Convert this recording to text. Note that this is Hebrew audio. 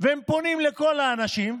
הם פונים לכל האנשים,